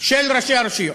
של ראשי הרשויות,